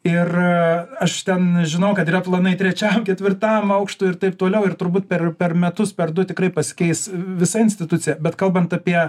ir aš ten žinau kad yra planai trečiam ketvirtam aukštui ir taip toliau ir turbūt per per metus per du tikrai pasikeis visa institucija bet kalbant apie